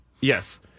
Yes